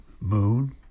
moon